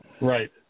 Right